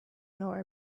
nor